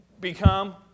become